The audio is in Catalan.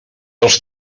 els